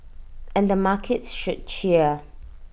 and the markets should cheer